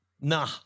Nah